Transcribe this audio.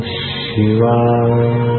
Shiva